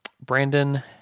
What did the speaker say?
Brandon